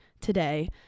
today